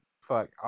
Fuck